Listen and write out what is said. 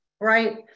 right